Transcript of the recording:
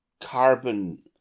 carbon